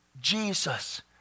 Jesus